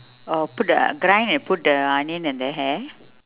oh put the grind and put the onion in the hair